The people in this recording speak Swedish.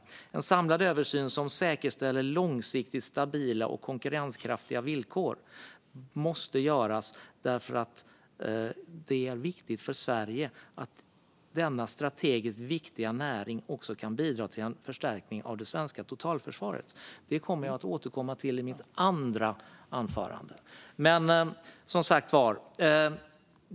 Det måste göras en samlad översyn som säkerställer långsiktigt stabila och konkurrenskraftiga villkor. Det är viktigt för Sverige, och denna strategiskt viktiga näring kan även bidra till en förstärkning av det svenska totalförsvaret. Det kommer jag att återkomma till i mitt andra inlägg.